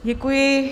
Děkuji.